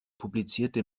publizierte